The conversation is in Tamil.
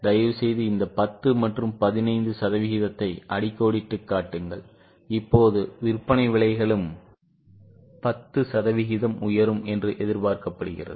தயவுசெய்து இந்த 10 மற்றும் 15 சதவிகிதத்தை அடிக்கோடிட்டுக் காட்டுங்கள் இப்போது விற்பனை விலைகளும் 10 சதவிகிதம் உயரும் என்று எதிர்பார்க்கப்படுகிறது